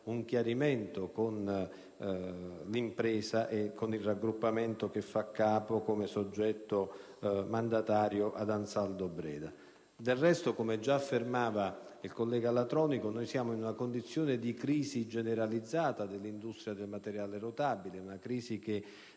un chiarimento con l'impresa e con il raggruppamento che fa capo, come soggetto mandatario, ad AnsaldoBreda. Del resto, come già affermava il collega Latronico, siamo in una condizione di crisi generalizzata dell'industria del materiale rotabile. Tale crisi si